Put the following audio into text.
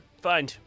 Fine